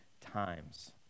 times